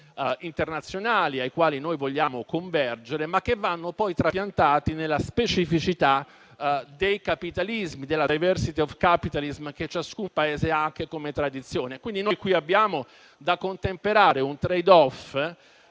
internazionali ai quali noi vogliamo convergere, che vanno però poi trapiantati nella specificità dei capitalismi, della *diversity of capitalism* che ciascun Paese ha anche come tradizione. Quindi noi qui abbiamo da contemperare un *trade-off*